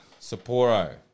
Sapporo